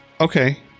Okay